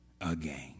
again